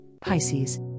Pisces